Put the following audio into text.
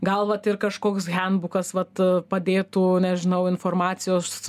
gal vat ir kažkoks handbukas vat padėtų nežinau informacijos